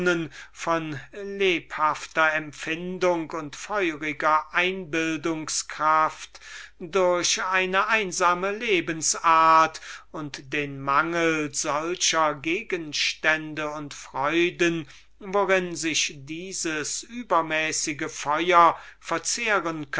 von lebhafter empfindung und feurigen einbildungskraft durch eine einsame lebensart und den mangel solcher gegenstände und freuden worin sich dieses übermäßige feuer verzehren